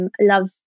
love